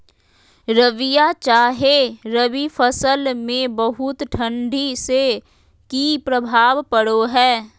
रबिया चाहे रवि फसल में बहुत ठंडी से की प्रभाव पड़ो है?